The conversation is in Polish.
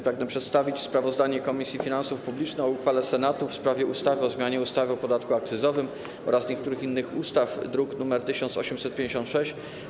Pragnę przedstawić sprawozdanie Komisji Finansów Publicznych o uchwale Senatu w sprawie ustawy o zmianie ustawy o podatku akcyzowym oraz niektórych innych ustaw, druk nr 1856.